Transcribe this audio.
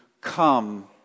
come